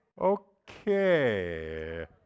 Okay